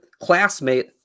classmate